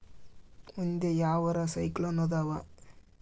ಮುಂದೆ ಯಾವರ ಸೈಕ್ಲೋನ್ ಅದಾವ?